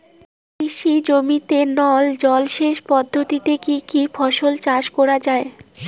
কৃষি জমিতে নল জলসেচ পদ্ধতিতে কী কী ফসল চাষ করা য়ায়?